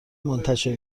منتشر